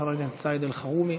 חבר הכנסת סעיד אלחרומי,